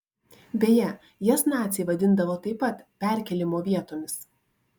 beje jas naciai vadindavo taip pat perkėlimo vietomis